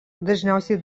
dažniausiai